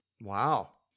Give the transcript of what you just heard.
Wow